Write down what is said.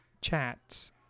chats